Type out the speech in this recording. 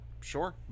sure